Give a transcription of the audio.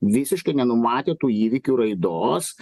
visiškai nenumatė tų įvykių raidos